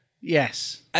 yes